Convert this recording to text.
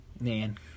man